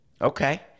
Okay